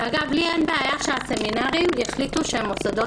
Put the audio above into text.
אגב אין לי בעיה שהסמינרים יחליטו שהם מוסדות